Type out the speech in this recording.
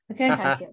okay